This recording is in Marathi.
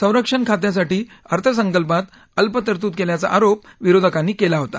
संरक्षण खात्यासाठी अर्थसंकल्पात अल्प तरतूद केल्याचा आरोप विरोधकांनी केला होता